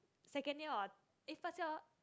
second year on eh first year